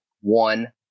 one